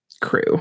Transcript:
crew